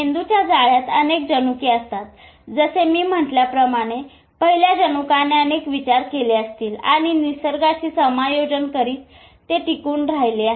मेंदूच्या जाळ्यात अनेक जनुके असू शकतात जसे मी म्हटल्याप्रमाणे पहिल्या जनुकाने अनेक विचार केले असतील आणि निसर्गाशी समायोजन करीत ते टिकून राहिले आहे